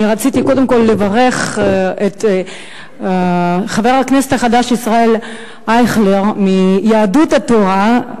אני רציתי קודם כול לברך את חבר הכנסת החדש ישראל אייכלר מיהדות התורה,